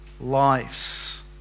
lives